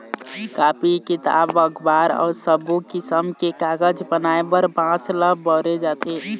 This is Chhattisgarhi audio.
कापी, किताब, अखबार अउ सब्बो किसम के कागज बनाए बर बांस ल बउरे जाथे